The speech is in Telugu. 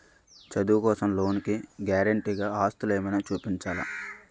చదువు కోసం లోన్ కి గారంటే గా ఆస్తులు ఏమైనా చూపించాలా?